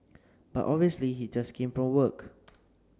but obviously he just came from work